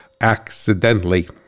accidentally